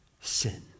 sin